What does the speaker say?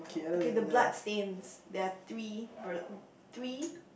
okay the blood stains there are three bre~ three